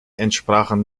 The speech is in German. entsprachen